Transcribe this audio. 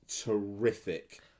terrific